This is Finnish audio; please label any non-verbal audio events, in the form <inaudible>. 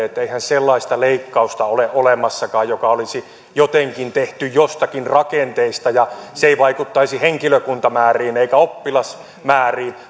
<unintelligible> että eihän sellaista leikkausta ole olemassakaan joka olisi jotenkin tehty joistakin rakenteista ja ei vaikuttaisi henkilökuntamääriin eikä oppilasmääriin